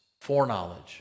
foreknowledge